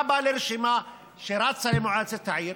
אתה בא לרשימה שרצה במועצת העיר